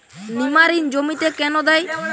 নিমারিন জমিতে কেন দেয়?